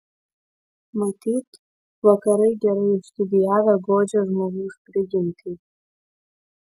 matyt vakarai gerai išstudijavę godžią žmogaus prigimtį